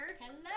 Hello